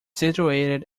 situated